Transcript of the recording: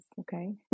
okay